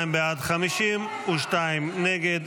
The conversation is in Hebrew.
62 בעד, 52 נגד.